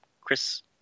Chris